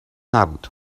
نبود